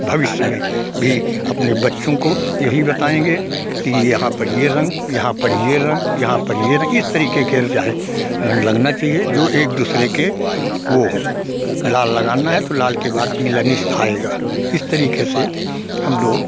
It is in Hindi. भविष्य में भी अपने बच्चों को यही बताएँगे कि यहाँ पर यह रंग यहाँ पर यह रंग यहाँ पर यह रंग इस तरीके के जहे रंग लगना चहिए जो एक दूसरे के वह हो लाल लगाना है तो लाल के बाद पीला निस आएगा इस तरीके से हम लोग